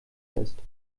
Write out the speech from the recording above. ist